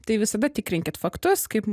tai visada tikrinkit faktus kaip